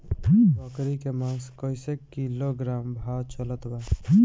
बकरी के मांस कईसे किलोग्राम भाव चलत बा?